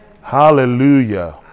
Hallelujah